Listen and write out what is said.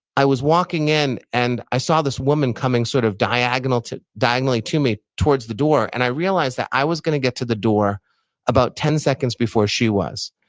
i was walking in and i saw this woman coming sort of diagonally to diagonally to me towards the door, and i realized that i was going to get to the door about ten seconds before she was,